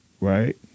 right